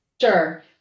sure